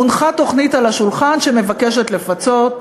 הונחה תוכנית על השולחן שמבקשת לפצות,